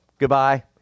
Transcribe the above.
goodbye